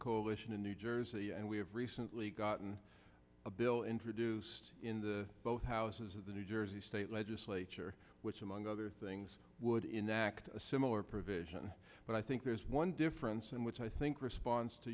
coalition in new jersey and we have recently gotten a bill introduced in the both houses of the new jersey state legislature which among other things would enact a similar provision but i think there is one difference and which i think response to